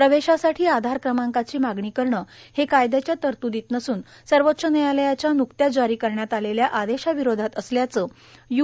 प्रवेशासाठी आधार क्रमांकाची मागणी करणं हे कायद्याच्या तरत्दीत नसून सर्वोच्च न्यायालयाच्या न्कत्याच जारी करण्यात आलेल्या आदेशाविरोधात असल्याचं य्